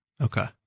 Okay